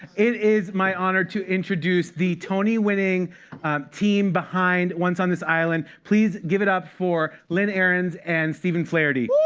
it is my honor to introduce the tony-winning team behind once on this island. please give it up for lynn ahrens and stephen flaherty.